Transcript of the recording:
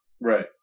Right